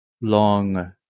long